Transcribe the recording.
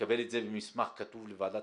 ולקבל את זה במסמך כתוב לוועדת